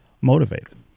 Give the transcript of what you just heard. motivated